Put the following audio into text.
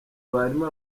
barimwo